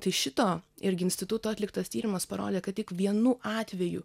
tai šito irgi instituto atliktas tyrimas parodė kad tik vienu atveju